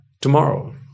tomorrow